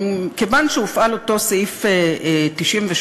כיוון שהופעל אותו סעיף 98,